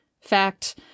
fact